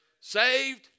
Saved